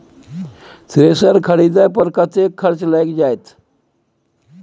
Thresher खरीदे पर कतेक खर्च लाईग जाईत?